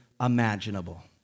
imaginable